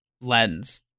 lens